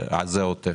זה העוטף.